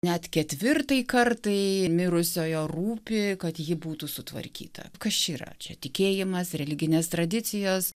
net ketvirtai kartai mirusiojo rūpi kad ji būtų sutvarkyta kas čia yra čia tikėjimas religinės tradicijos